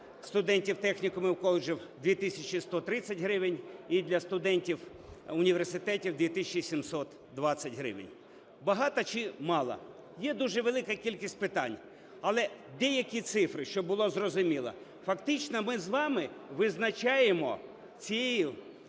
студентів технікумів, коледжів 2 тисячі 130 гривень і для студентів університетів – 2 тисячі 720 гривень. Багато чи мало? Є дуже велика кількість питань, але деякі цифри, щоб було зрозуміло. Фактично ми з вами визначаємо цією